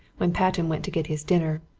when patten went to get his dinner.